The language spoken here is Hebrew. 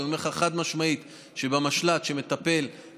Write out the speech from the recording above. אבל אני אומר לך חד משמעית שבמשל"ט שמטפל בתפיסה